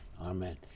amen